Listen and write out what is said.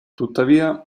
tuttavia